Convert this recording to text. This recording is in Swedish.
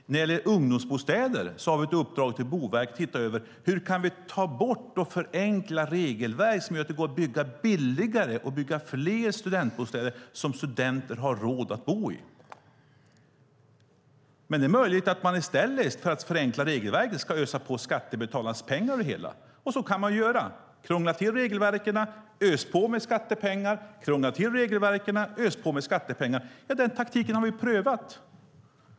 När det gäller ungdomsbostäder har vi gett ett uppdrag till Boverket att se över hur det går att ta bort eller förenkla regelverk som gör att det går att bygga billigare och fler studentbostäder som studenter har råd att bo i. Men i stället för att förenkla regelverk ska ösa på skattebetalarnas pengar. Så kan man göra, det vill säga krångla till regelverken, ösa på med skattepengar, krångla till regelverken, ösa på med skattepengar. Den taktiken har vi prövat.